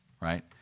right